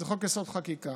זה חוק-יסוד: החקיקה.